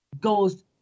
goes